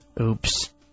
Oops